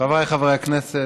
חבריי חברי הכנסת,